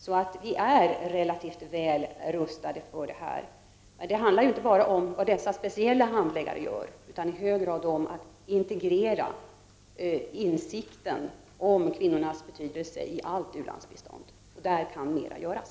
Sverige är därför relativt väl rustat för detta. Men det handlar ju inte bara om vad dessa speciella handläggare gör, utan det handlar i hög grad om att integrera insikten om kvinnornas betydelse i allt u-landsbistånd, och i detta sammanhang kan mer göras.